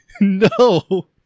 no